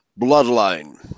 bloodline